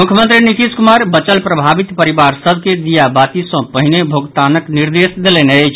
मुख्यमंत्री नीतीश कुमार बचल प्रभावित परिवार सभ के दीयाबाती सॅ पहिने भोगतानक निर्देश देलनि अछि